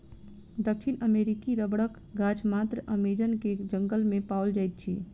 दक्षिण अमेरिकी रबड़क गाछ मात्र अमेज़न के जंगल में पाओल जाइत अछि